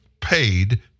paid